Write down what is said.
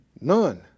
None